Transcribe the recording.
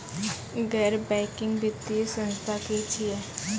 गैर बैंकिंग वित्तीय संस्था की छियै?